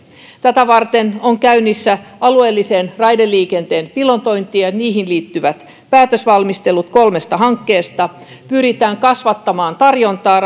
tätä varten ovat käynnissä alueellisen raideliikenteen pilotointi ja siihen liittyvät päätösvalmistelut kolmesta hankkeesta pyritään kasvattamaan tarjontaa